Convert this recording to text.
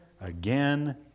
again